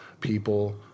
People